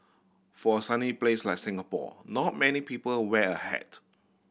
for a sunny place like Singapore not many people wear a hat